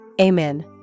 Amen